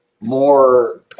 More